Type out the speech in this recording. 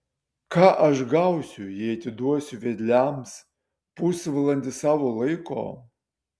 ką aš gausiu jei atiduosiu vedliams pusvalandį savo laiko